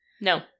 No